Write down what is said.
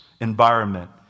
environment